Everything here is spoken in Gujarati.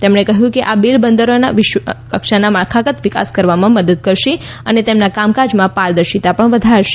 તેમણે કહ્યું આ બિલ બંદરોનો વિશ્વ કક્ષાના માળખાગત વિકાસ કરવામાં મદદ કરશે અને તેમના કામકાજમાં પારદર્શિતા પણ વધારશે